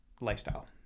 lifestyle